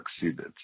succeeded